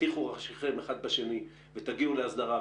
ותטיחו ראשיכם אחד בשני ותגיעו להסדרה,